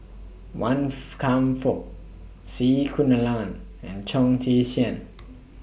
Wan Foo Kam Fook C Kunalan and Chong Tze Chien